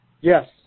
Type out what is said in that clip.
Yes